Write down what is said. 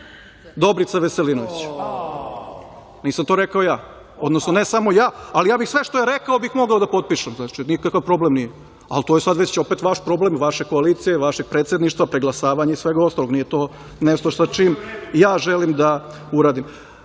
Dobrica Veselinović. Nisam to rekao ja, odnosno ne samo ja, ali ja bih sve što je rekao mogao da potpišem, nikakav problem nije. Ali, to je sad opet vaš problem, vaše koalicije, vašeg predsedništva, preglasavanja i svega ostalog. Nije to nešto sa čim ja želim da uradim. Vidite,